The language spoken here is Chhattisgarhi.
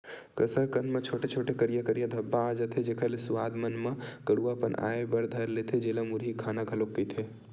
कसरकंद म छोटे छोटे, करिया करिया धब्बा आ जथे, जेखर ले सुवाद मन म कडुआ पन आय बर धर लेथे, जेला मुरही खाना घलोक कहिथे